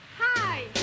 Hi